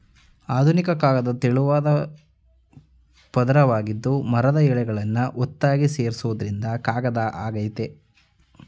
ಆಧುನಿಕ ಕಾಗದ ತೆಳುವಾದ್ ಪದ್ರವಾಗಿದ್ದು ಮರದ ಎಳೆಗಳನ್ನು ಒತ್ತಾಗಿ ಸೇರ್ಸೋದ್ರಿಂದ ಕಾಗದ ಆಗಯ್ತೆ